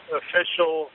official